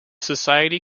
society